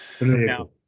Now